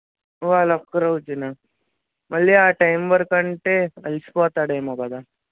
ఇవాళ ఒక్క రోజేనా మళ్ళీ ఆ టైం వరకంటే అలసిపోతాడేమో కదా